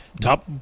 top